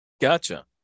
Gotcha